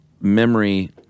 memory